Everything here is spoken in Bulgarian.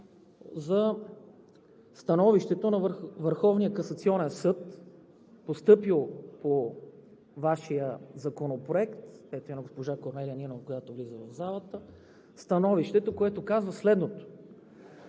касационен съд, постъпило по Вашия законопроект, и на госпожа Корнелия Нинова, която влиза в залата, становището, което казва следното: